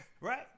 right